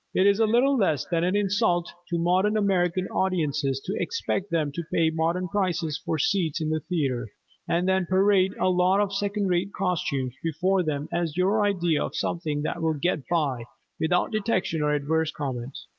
it is little less than an insult to modern american audiences to expect them to pay modern prices for seats in the theatre and then parade a lot of second-rate costumes before them as your idea of something that will get by without detection or adverse comment.